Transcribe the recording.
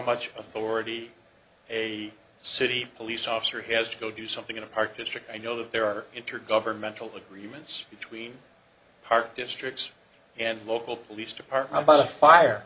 much authority a city police officer has to go do something in a park district and know that there are intergovernmental agreements between park districts and local police department by the fire